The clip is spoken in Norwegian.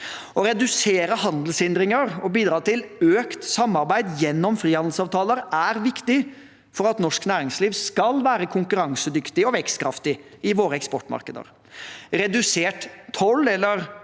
Å redusere handelshindringer og bidra til økt samarbeid gjennom frihandelsavtaler er viktig for at norsk næringsliv skal være konkurransedyktig og vekstkraftig i våre eksportmarkeder. Redusert toll, eller